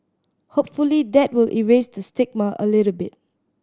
hopefully that will erase the stigma a little bit